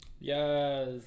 Yes